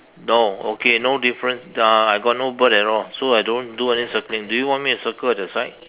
no okay no difference uh I got no bird at all so I don't do any circling do you want me to circle at the side